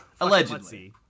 Allegedly